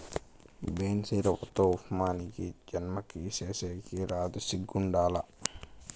బన్సీరవ్వతో ఉప్మా నీకీ జన్మకి సేసేకి రాదు సిగ్గుండాల